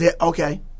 Okay